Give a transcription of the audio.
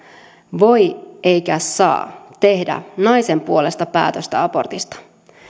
voi eikä kukaan saa tehdä naisen puolesta päätöstä abortista